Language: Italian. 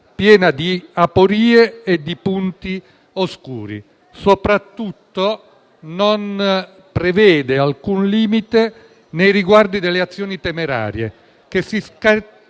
pieno di aporie e di punti oscuri. Soprattutto, non prevede alcun limite nei riguardi delle azioni temerarie, che si scaricheranno